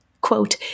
quote